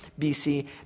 BC